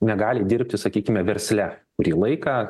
negali dirbti sakykime versle kurį laiką